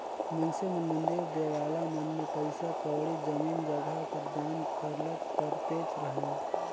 मइनसे मन मंदिर देवाला मन में पइसा कउड़ी, जमीन जगहा कर दान सरलग करतेच अहें